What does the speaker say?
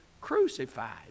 crucified